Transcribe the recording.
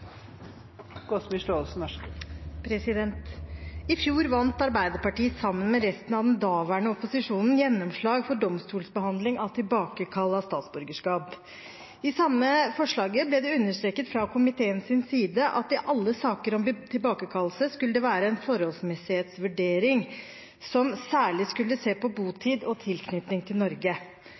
av tilbakekall av statsborgerskap. I samme forslag ble det understreket fra komiteens side at i alle saker om tilbakekallelse skulle det være en forholdsmessighetsvurdering som særlig skulle se på botid og tilknytning til Norge